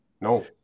No